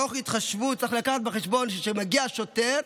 תוך התחשבות, צריך לקחת בחשבון שכשמגיע השוטר,